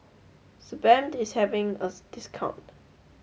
Sebamed is having a discount